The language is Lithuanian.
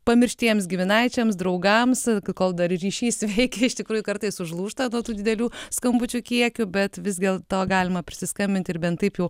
pamirštiems giminaičiams draugams kol dar ryšys veikia iš tikrųjų kartais užlūžta nuo tų didelių skambučių kiekių bet vis dėl to galima prisiskambinti ir bent taip jau